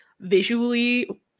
visually